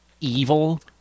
evil